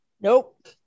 Nope